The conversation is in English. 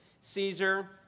Caesar